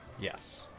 Yes